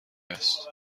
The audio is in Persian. است